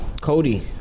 Cody